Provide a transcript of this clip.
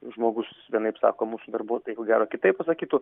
žmogus vienaip sako mūsų darbuotojai ko gero kitaip pasakytų